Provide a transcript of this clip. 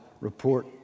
report